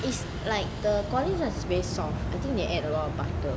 is like the collin's one is very soft I think they add a lot of butter